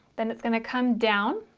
then it's gonna come down